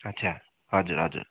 आच्छा हजुर हजुर